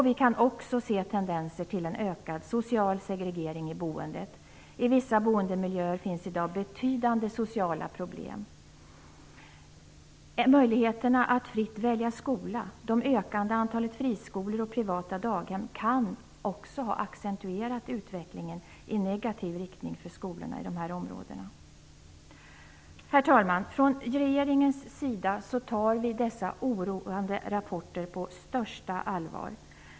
Vi kan också se tendenser till en ökad social segregering i boendet. I vissa boendemiljöer finns i dag betydande sociala problem. Möjligheterna att fritt välja skola, det ökande antalet friskolor och privata daghem kan också ha accentuerat utvecklingen i negativ riktning för skolorna i dessa områden. Herr talman! Från regeringens sida tar vi dessa oroande rapporter på största allvar.